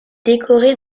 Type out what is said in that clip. décoré